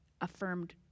affirmed